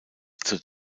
zur